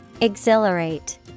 Exhilarate